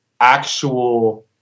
actual